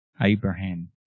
Abraham